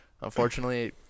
Unfortunately